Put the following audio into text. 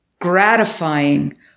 gratifying